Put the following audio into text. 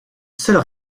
seul